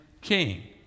king